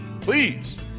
Please